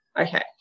Okay